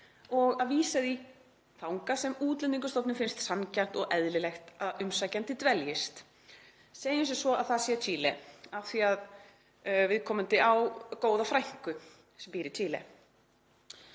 og að vísa því þangað sem Útlendingastofnun finnst sanngjarnt og eðlilegt að umsækjandi dveljist. Segjum sem svo að það sé Chile af því að viðkomandi á góða frænku sem býr í Chile.